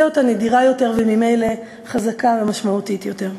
אותה נדירה יותר וממילא חזקה ומשמעותית יותר.